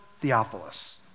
Theophilus